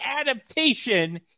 adaptation